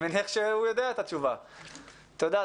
תודה,